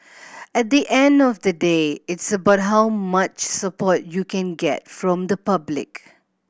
at the end of the day it's about how much support you can get from the public